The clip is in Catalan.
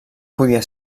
podia